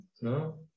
no